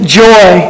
joy